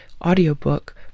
audiobook